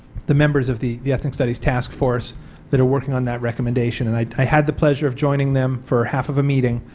the members of the the ethnic studies task force that are working on that recommendation, and i had the pleasure of joining them for half of the meeting,